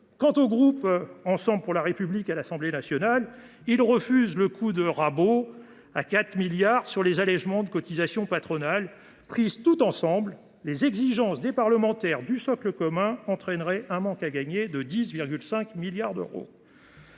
Quant au groupe Ensemble pour la République de l’Assemblée nationale, il refuse le coup de rabot à 4 milliards d’euros sur les allégements de cotisations patronales. Au total, les exigences des parlementaires du socle commun entraîneraient un manque à gagner de 10,5 milliards d’euros.